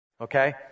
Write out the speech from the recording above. Okay